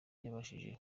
yabajije